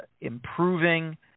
improving